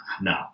No